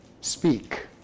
speak